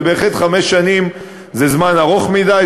אבל בהחלט חמש שנים זה זמן ארוך מדי,